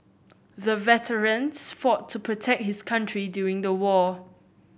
the veterans fought to protect his country during the war